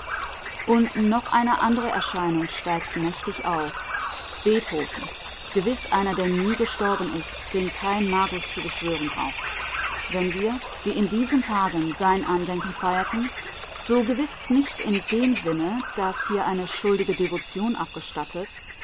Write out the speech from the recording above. und noch eine andere erscheinung steigt mächtig auf beethoven gewiß einer der nie gestorben ist den kein magus zu beschwören braucht wenn wir wie in diesen tagen sein andenken feierten so gewiß nicht in dem sinne daß hier eine schuldige devotion abgestattet